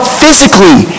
physically